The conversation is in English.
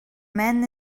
man